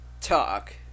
talk